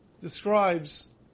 describes